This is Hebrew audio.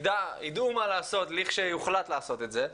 ידעו מה לעשות לכשיוחלט לעשות את זה.